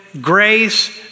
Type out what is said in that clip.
grace